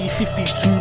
52